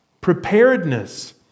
Preparedness